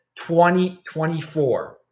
2024